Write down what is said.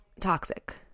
Toxic